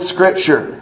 Scripture